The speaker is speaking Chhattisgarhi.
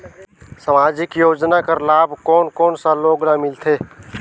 समाजिक योजना कर लाभ कोन कोन सा लोग ला मिलथे?